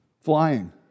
flying